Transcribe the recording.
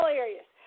Hilarious